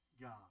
God